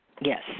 Yes